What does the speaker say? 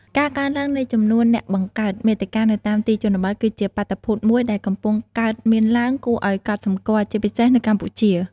ការកើនឡើងនៃចំនួន អ្នកបង្កើតមាតិកានៅតាមទីជនបទ គឺជាបាតុភូតមួយដែលកំពុងកើតមានឡើងគួរឱ្យកត់សម្គាល់ ជាពិសេសនៅកម្ពុជា។